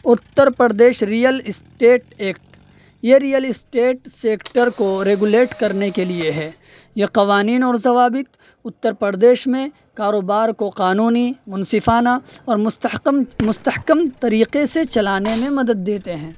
Uttar Pradesh real estate act یہ real estate sector کو regulate کرنے کے لیے ہے یہ قوانین اور ضوابط اتّر پردیش میں کاروبار کو قانونی منصفانہ اور مستحقم مستحکم طریقے سے چلانے میں مدد دیتے ہیں